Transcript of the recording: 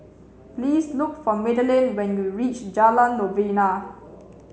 please look for Madaline when you reach Jalan Novena